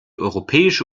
europäische